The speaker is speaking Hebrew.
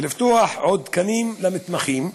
ולפתוח עוד תקנים למתמחים,